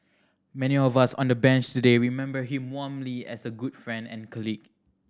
many of us on the bench today remember him warmly as a good friend and colleague